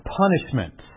punishment